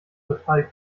total